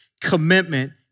commitment